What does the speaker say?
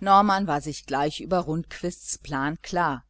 norman war sich gleich über rundquists plan klar